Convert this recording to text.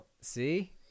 See